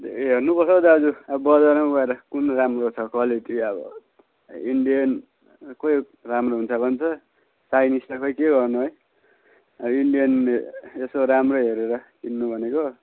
ए हेर्नुपर्छ हो दाजु अब बजारमा गएर कुन राम्रो छ क्वालिटी अब इन्डियनकै राम्रो हुन्छ भन्छ चाइनिस त खोइ के गर्नु है अब इन्डियन यसो राम्रो हेरेर किन्नु भनेको